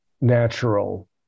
natural